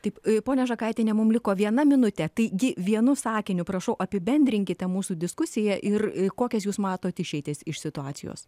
taip ponia žakaitiene mum liko viena minutė taigi vienu sakiniu prašau apibendrinkite mūsų diskusiją ir kokias jūs matot išeitis iš situacijos